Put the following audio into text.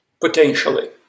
Potentially